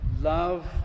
love